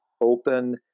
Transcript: open